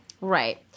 right